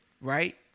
right